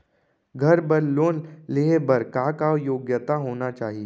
घर बर लोन लेहे बर का का योग्यता होना चाही?